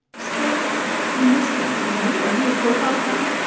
still ah miss them. do you are you a profile fan?